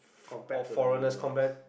compared to the u_s